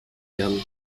werden